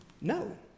No